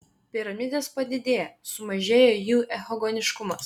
piramidės padidėja sumažėja jų echogeniškumas